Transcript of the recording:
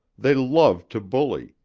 they loved to bully,